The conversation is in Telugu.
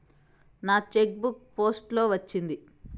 నా చెక్ బుక్ పోస్ట్ లో వచ్చింది